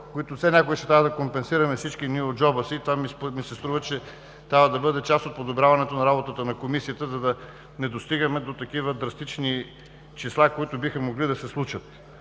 които все някога ще трябва да компенсираме всички ние от джоба си. Това ми се струва, че трябва да бъде част от подобряването на работата на Комисията, за да не достигаме до такива драстични числа, които биха могли да се случат.